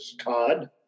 Todd